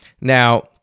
Now